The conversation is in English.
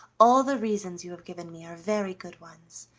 all the reasons you have given me are very good ones,